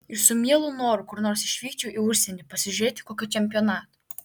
ir su mielu noru kur nors išvykčiau į užsienį pasižiūrėti kokio čempionato